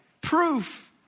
Proof